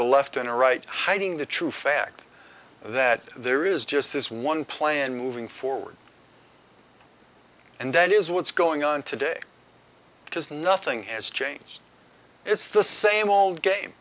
a left and a right hiding the true fact that there is just this one plan moving forward and that is what's going on today because nothing has changed it's the same old game